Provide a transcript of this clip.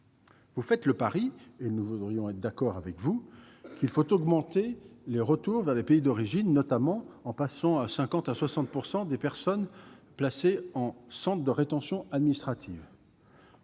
vous faites le pari- nous voudrions être d'accord avec vous -qu'il faut augmenter les retours vers les pays d'origine, notamment en passant à 50 % et à 60 % des personnes placées en centre de rétention administrative.